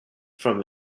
from